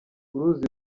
uruzi